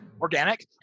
organic